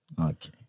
Okay